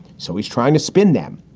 so he's trying to spin them.